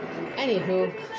Anywho